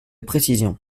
précision